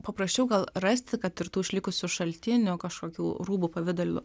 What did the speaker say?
paprasčiau gal rasti kad ir tų išlikusių šaltinių kažkokių rūbų pavidalu